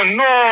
no